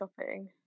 shopping